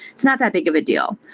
it's not that big of a deal.